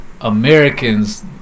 Americans